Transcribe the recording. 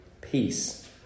peace